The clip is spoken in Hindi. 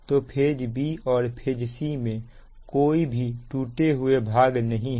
तो फेज b और फेज c में कोई भी टूटे हुए भाग नहीं है